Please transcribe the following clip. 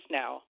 now